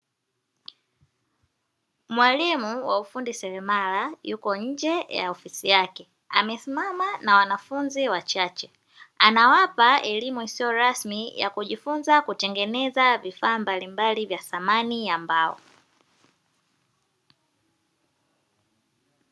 Mwalimu wa ufundi seremala yuko nje ha ofisi yake, amesimama na wanafunzi wachache; anawapa elimu isiyo rasmi ya kujifunza kutengeneza vifaa mbalimbali vya samani ya mbao.